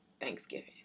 Thanksgiving